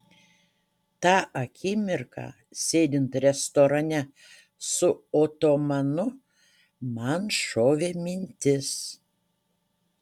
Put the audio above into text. tą akimirką sėdint restorane su otomanu man šovė mintis